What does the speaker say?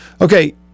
Okay